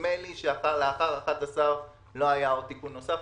נדמה לי שלאחר ה-11 מיליארד לא היה תיקון נוסף,